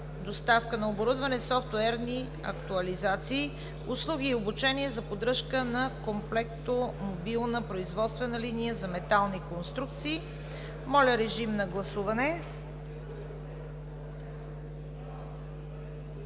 доставка на оборудване, софтуерни актуализации, услуги и обучение за поддръжка на Комплектомобилна производствена линия за метални конструкции. Гласували